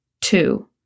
Two